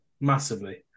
massively